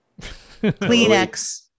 Kleenex